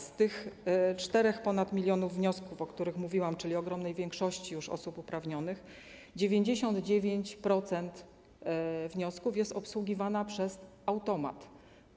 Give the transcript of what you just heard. Z tych ponad 4 mln wniosków, o których mówiłam, czyli ogromnej większości już osób uprawnionych, 99% wniosków jest obsługiwana przez automat.